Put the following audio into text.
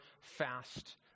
fast